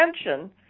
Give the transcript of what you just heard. attention